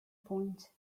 point